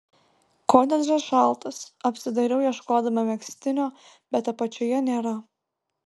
kotedžas šaltas apsidairau ieškodama megztinio bet apačioje nėra